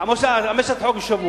חמש הצעות.